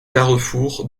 carrefour